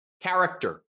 character